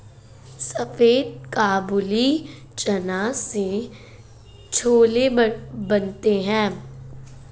सफेद काबुली चना से छोले बनते हैं